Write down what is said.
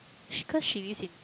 she cause she lives in